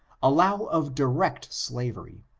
allow of di rect slavery,